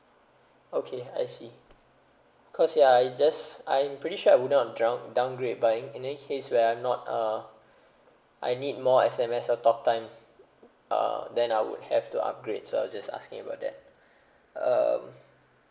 okay I see cause ya I just I'm pretty sure I would not drunk downgrade buying in the case where I'm not uh I need more S_M_S or talk time uh then I would have to upgrade so I just asking about that um